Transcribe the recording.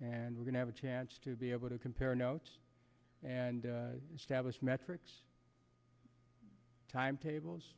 and we're gonna have a chance to be able to compare notes and stablished metrics timetables